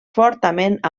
fortament